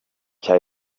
cya